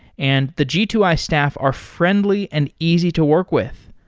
and the g two i staff are friendly and easy to work with.